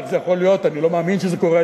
איך זה יכול להיות, אני לא מאמין שזה קורה.